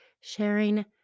sharing